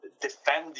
Defend